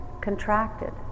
contracted